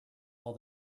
all